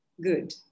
Good